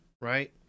right